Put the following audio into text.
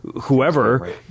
whoever